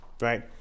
Right